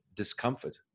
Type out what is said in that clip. Discomfort